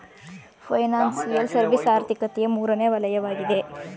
financial service ಆರ್ಥಿಕತೆಯ ಮೂರನೇ ವಲಯವಗಿದೆ